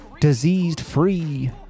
diseased-free